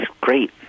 great